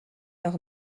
leur